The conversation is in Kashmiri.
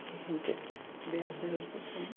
کِہیٖنۍ تہِ بییٚہِ ہَسا چھُس بہٕ زَن